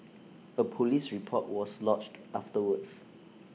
A Police report was lodged afterwards